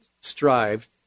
strived